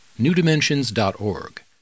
newdimensions.org